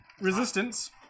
Resistance